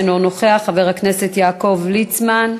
אינו נוכח, חבר הכנסת יעקב ליצמן,